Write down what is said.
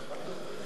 את הצעת